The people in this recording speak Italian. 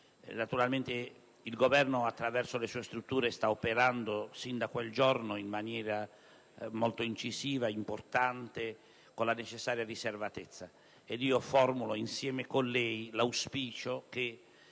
Naturalmente il Governo, attraverso le sue strutture, sta operando sin dal primo giorno in maniera molto incisiva e con la necessaria riservatezza. Dunque, formulo insieme a lei l'auspicio che